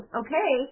okay